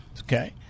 Okay